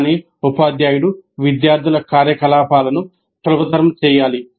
కానీ ఉపాధ్యాయుడు విద్యార్థుల కార్యకలాపాలను సులభతరం చేయాలి